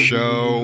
Show